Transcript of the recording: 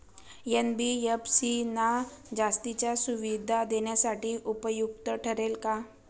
NBFC ना जास्तीच्या सुविधा देण्यासाठी उपयुक्त ठरेल का?